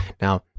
Now